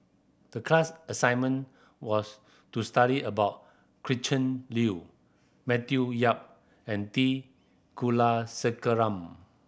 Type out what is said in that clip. the class assignment was to study about Gretchen Liu Matthew Yap and T Kulasekaram